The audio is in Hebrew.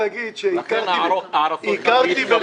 מה זה קשור?